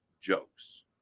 jokes